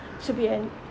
to be an